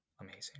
amazing